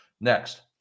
Next